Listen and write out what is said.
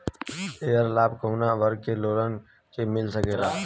ऐकर लाभ काउने वर्ग के लोगन के मिल सकेला?